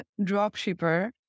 dropshipper